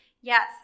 Yes